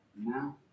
now